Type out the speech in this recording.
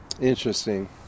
Interesting